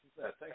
Thanks